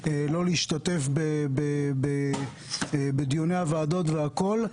לא להשתתף בדיוני הוועדות והכול.